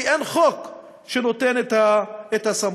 כי אין חוק שנותן את הסמכות.